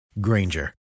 Granger